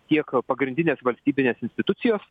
tiek pagrindinės valstybinės institucijos